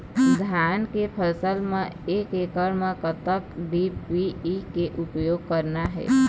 धान के फसल म एक एकड़ म कतक डी.ए.पी के उपयोग करना हे?